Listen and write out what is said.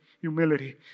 humility